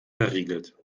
verriegelt